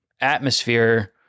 atmosphere